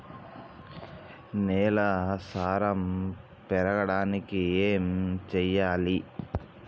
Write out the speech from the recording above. నేల సారం పెరగడానికి ఏం చేయాలి?